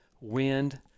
wind